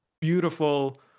beautiful